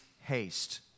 haste